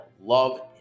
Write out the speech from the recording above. love